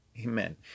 Amen